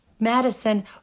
Madison